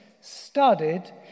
studied